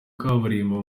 kaburimbo